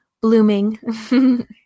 blooming